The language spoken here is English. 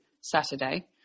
Saturday